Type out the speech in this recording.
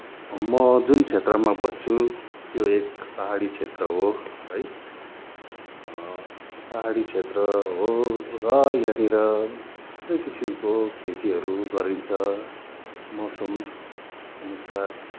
म जुन क्षेत्रमा बस्छुँ त्यो एक पाहाडी क्षेत्र हो है पहाडी क्षेत्र हो र यहाँनिर थुप्रै किसिमको खेतीहरू गरिन्छ मौसम अनुसार